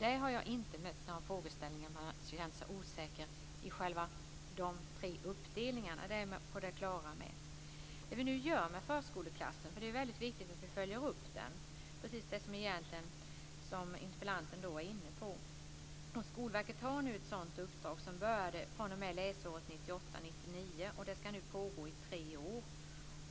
Jag har inte mött några frågeställningar där man har känt sig osäker vad gäller de tre uppdelningarna. Det är man på det klara med. Vad gör vi då med förskoleklassen? Det är väldigt viktigt att vi följer upp den. Det är egentligen precis det som interpellanten var inne på. Skolverket har nu ett uppdrag som började fr.o.m. läsåret 1998/99 och ska pågå i tre